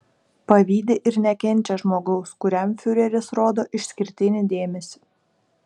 pavydi ir nekenčia žmogaus kuriam fiureris rodo išskirtinį dėmesį